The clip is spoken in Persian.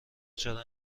چرا